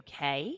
UK